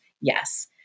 Yes